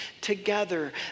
together